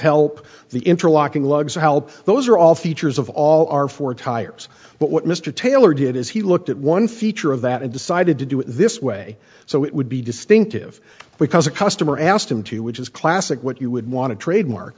help the interlocking legs or help those are all features of all our four tires but what mr taylor did is he looked at one feature of that and decided to do it this way so it would be distinctive because a customer asked him to which is classic what you would want to trademark